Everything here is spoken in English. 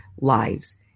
lives